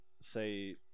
say